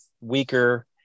weaker